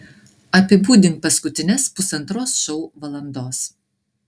apibūdink paskutines pusantros šou valandos